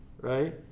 right